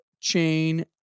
chain